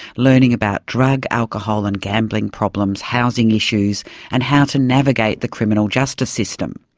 learning about drug, alcohol and gambling problems, housing issues and how to navigate the criminal justice system.